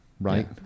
right